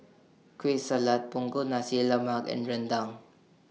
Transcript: Kueh Salat Punggol Nasi Lemak and Rendang